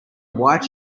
white